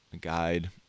guide